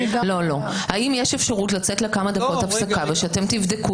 האם יש אפשרות לצאת לכמה דקות הפסקה ושתבדקו